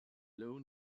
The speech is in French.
lawn